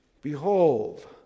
Behold